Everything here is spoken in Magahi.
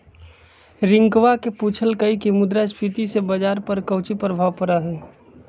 रियंकवा ने पूछल कई की मुद्रास्फीति से बाजार पर काउची प्रभाव पड़ा हई?